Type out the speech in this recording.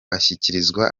ashyikirizwa